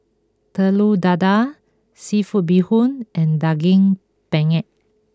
Telur Dadah Seafood Bee Hoon and Daging Penyet